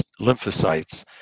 lymphocytes